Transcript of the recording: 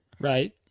Right